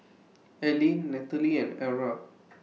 Allene Nataly and Arah